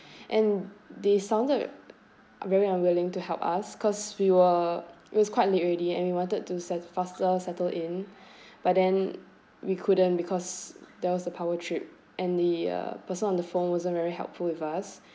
and they sounded very unwilling to help us cause we were it was quite late already and we wanted to set faster settle in but then we couldn't because there was a power trip and the uh person on the phone wasn't very helpful with us